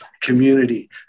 community